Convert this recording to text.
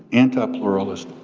anti-pluralist,